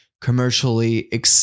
commercially